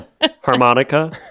Harmonica